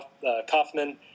Kaufman